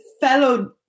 Fellow